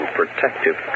protective